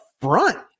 front